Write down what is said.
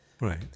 right